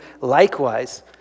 likewise